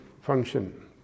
function